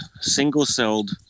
single-celled